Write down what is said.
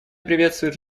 приветствует